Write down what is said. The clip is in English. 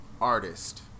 Artist